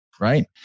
Right